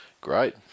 great